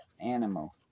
animal